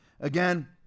again